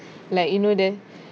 like you know the